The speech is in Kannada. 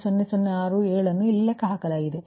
0067 ಅನ್ನು ಇಲ್ಲಿ ಲೆಕ್ಕಹಾಕಲಾಗಿದೆ